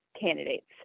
candidates